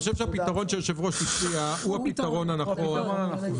אני חושב שהפתרון שהיושב-ראש הציע הוא הפתרון הנכון.